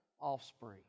offspring